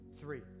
three